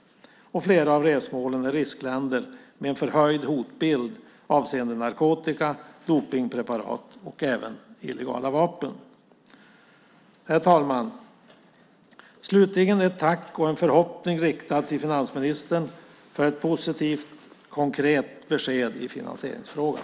Flera av resmålen är riskländer med en förhöjd hotbild avseende narkotika, dopningspreparat och även illegala vapen. Herr talman! Slutligen har jag ett tack och en förhoppning riktad till finansministern för ett positivt konkret besked i finansieringsfrågan.